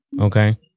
Okay